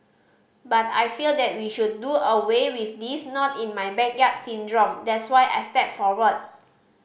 but I feel that we should do away with this not in my backyard syndrome that's why I stepped forward